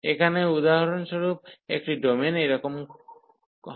এখানে উদাহরণস্বরূপ একটি ডোমেন এই রকম হয়